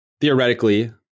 theoretically